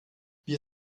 wir